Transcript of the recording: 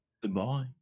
Goodbye